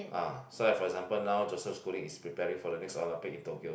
ah so like for example now Joseph-Schooling is preparing for the next Olympic in Tokyo